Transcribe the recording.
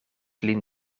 lin